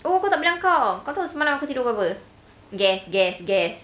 oh aku tak bilang kau kau tahu semalam aku tidur pukul berapa guess guess guess